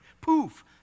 Poof